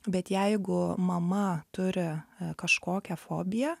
bet jeigu mama turi kažkokią fobiją